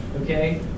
okay